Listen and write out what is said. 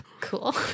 Cool